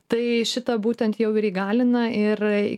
tai šitą būtent jau ir įgalina ir